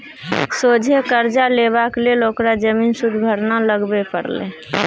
सोझे करजा लेबाक लेल ओकरा जमीन सुदभरना लगबे परलै